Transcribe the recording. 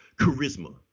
charisma